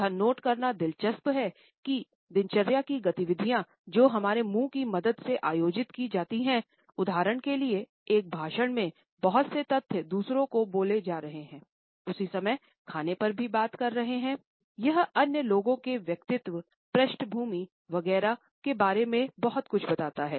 यह नोट करना दिलचस्प है कि दिनचर्या की गतिविधियाँ जो हमारे मुंह की मदद से आयोजित की जाती हैं उदाहरण के लिएएक भाषण में बहुत से तथ्य दूसरों को बोले जा रहे है उसी समय खाने पर भी बात कर रहे है यह अन्य लोगों के व्यक्तित्व पृष्ठभूमि वगैरह के बारे में बहुत कुछ बताते हैं